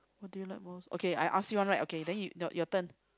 what do you like most okay I ask you want right okay then you your your turn